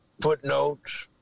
footnotes